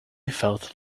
felt